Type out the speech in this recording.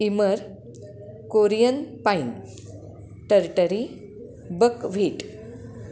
इमर Korean pine Tartary buckwheat